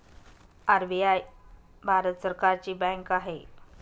RBI Bharat सरकारची बँक आहे